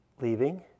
leaving